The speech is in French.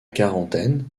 quarantaine